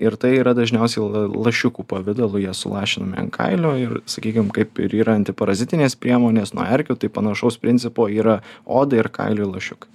ir tai yra dažniausiai lašiukų pavidalu jie sulašinami ant kailio ir sakykim kaip ir yra antiparazitinės priemonės nuo erkių tai panašaus principo yra odai ir kailiui lašiukai